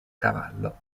cavallo